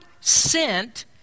sent